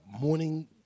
morning